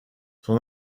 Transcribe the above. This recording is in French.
son